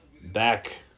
back